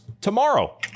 tomorrow